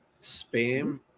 Spam